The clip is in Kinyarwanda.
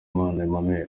emmanuel